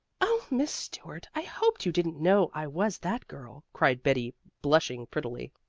oh, miss stuart, i hoped you didn't know i was that girl, cried betty blushing prettily.